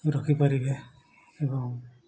ରଖି ପାରିବେ ଏବଂ